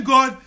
God